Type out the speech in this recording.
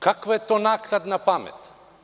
Kakva je to naknadna pamet?